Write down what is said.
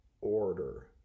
order